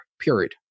period